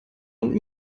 und